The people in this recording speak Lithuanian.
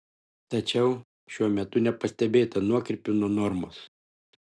tačiau šiuo metu nepastebėta nuokrypių nuo normos